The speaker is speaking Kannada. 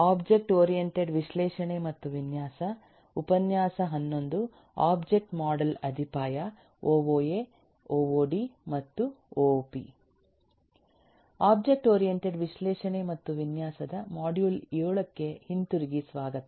ಒಬ್ಜೆಕ್ಟ್ ಮಾಡೆಲ್ ಅಡಿಪಾಯ ಒಒಎ ಒಒಡಿ ಮತ್ತು ಒಒಪಿ ಒಬ್ಜೆಕ್ಟ್ ಓರಿಯಂಟೆಡ್ ವಿಶ್ಲೇಷಣೆ ಮತ್ತು ವಿನ್ಯಾಸದ ಮಾಡ್ಯೂಲ್ 7 ಗೆ ಹಿಂತಿರುಗಿ ಸ್ವಾಗತ